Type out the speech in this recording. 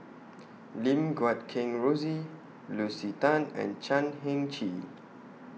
Lim Guat Kheng Rosie Lucy Tan and Chan Heng Chee